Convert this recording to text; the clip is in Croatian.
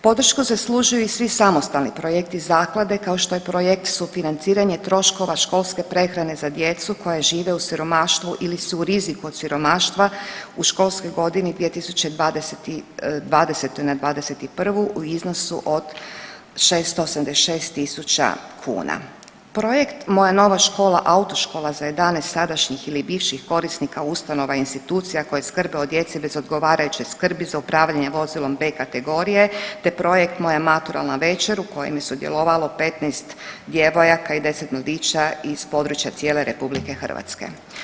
Podršku zaslužuju i svi samostalni projekti zaklade kao što je Projekt Sufinanciranje troškova školske prehrane za djecu koja žive u siromaštvu ili su u riziku od siromaštva u školskoj godini 2020/21 u iznosu od 686.000 kuna. projekt Moja nova škola autoškola za 11 sadašnjih ili bivših korisnika institucija koje skrbe o djeci bez odgovarajuće skrbi za upravljanje vozilom B kategorije, te projekt Moja maturalna večer u kojem je sudjelovalo 15 djevojaka i 10 mladića iz područja cijele RH.